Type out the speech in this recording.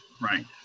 Right